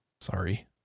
sorry